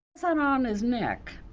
so on on his neck?